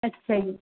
ਅੱਛਾ ਜੀ